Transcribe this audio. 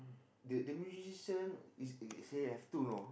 the the musician is say have two you know